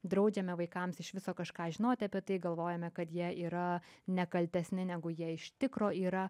draudžiame vaikams iš viso kažką žinoti apie tai galvojame kad jie yra nekaltesni negu jie iš tikro yra